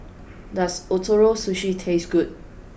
does Ootoro Sushi taste good